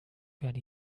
werde